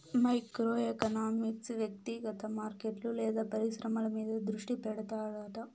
micro economics వ్యక్తిగత మార్కెట్లు లేదా పరిశ్రమల మీద దృష్టి పెడతాడట